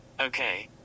Okay